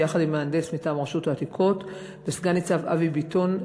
ביחד עם מהנדס מטעם רשות העתיקות וסגן-ניצב אבי ביטון,